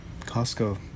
Costco